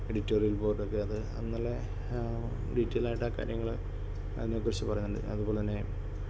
editorial board ഒക്കെ അത് നല്ല ഡീറ്റെയിൽ ആയിട്ട് ആ കാര്യങ്ങൾ അതിനേക്കുറിച്ച് പറയുന്നുണ്ട് അതുപോലെ തന്നെ